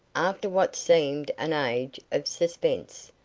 after what seemed an age of suspense,